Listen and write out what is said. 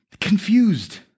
confused